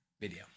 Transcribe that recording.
video